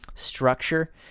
structure